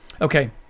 Okay